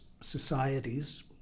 societies